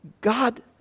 God